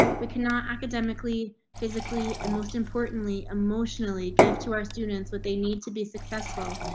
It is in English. we could not academically, physically, and most importantly, emotionally give to our students what they need to be successful.